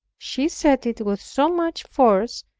she said it with so much force,